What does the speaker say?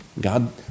God